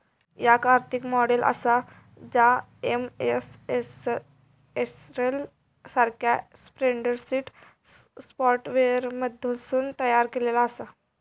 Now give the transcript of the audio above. याक आर्थिक मॉडेल आसा जा एम.एस एक्सेल सारख्या स्प्रेडशीट सॉफ्टवेअरमधसून तयार केलेला आसा